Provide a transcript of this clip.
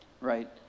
right